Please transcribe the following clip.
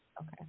Okay